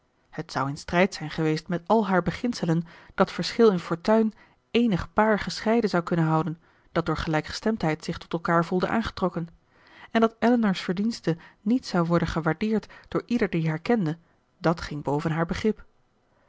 het zou in strijd zijn geweest met al haar beginselen dat verschil in fortuin eenig paar gescheiden zou kunnen houden dat door gelijkgestemdheid zich tot elkaar voelde aangetrokken en dat elinor's verdienste niet zou worden gewaardeerd door ieder die haar kende dat ging boven haar begrip